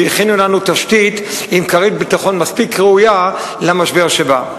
הכינו לנו תשתית עם כרית ביטחון מספיק ראויה למשבר שבא.